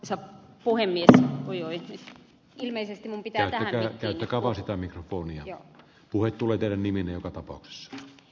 isä puheli ar vioitti ilmeisesti pitää nähdä töitä kavahtaa mikrofonia ja puhe tulee teiden nimiin joka tapauksessa